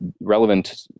relevant